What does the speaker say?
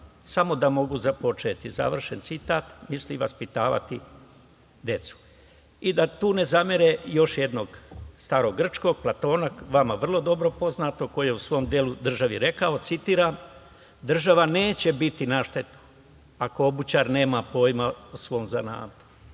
samo da mogu započeti.“ Misli vaspitavati decu. Da tu ne zamere, još jednog starogrčkog, Platona, vama vrlo dobro poznatog koji je u svom delu „Država“ rekao: „Država neće biti na štetu ako obućar nema pojma o svom zanatu,